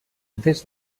des